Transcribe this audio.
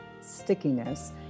stickiness